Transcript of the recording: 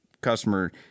customer